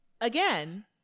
Again